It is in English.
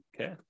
Okay